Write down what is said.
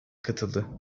katıldı